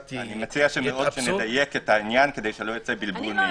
אני מציע שנדייק את העניין כדי שלא יהיה בלבול.